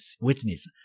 witness